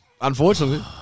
Unfortunately